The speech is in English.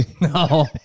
no